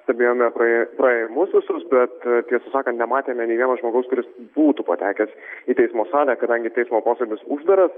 stebėjome praė praėjimus visus bet tiesą sakant nematėme nė vieno žmogaus kuris būtų patekęs į teismo salę kadangi teismo posėdis uždaras